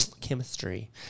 chemistry